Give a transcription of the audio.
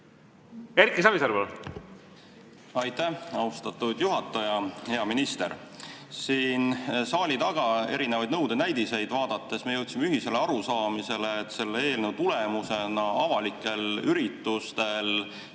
Erki Savisaar, palun! Aitäh, austatud juhataja! Hea minister! Siin saali taga erinevaid nõude näidiseid vaadates me jõudsime ühisele arusaamisele, et selle eelnõu tulemusena avalikel üritustel